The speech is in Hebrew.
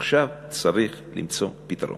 עכשיו צריך למצוא פתרון.